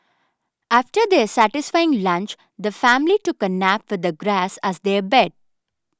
after their satisfying lunch the family took a nap the grass as their bed